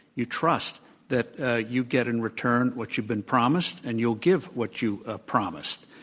you trust that you get in return what you've been promised, and you'll give what you ah promised.